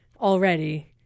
already